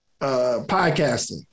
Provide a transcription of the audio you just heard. podcasting